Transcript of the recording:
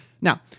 Now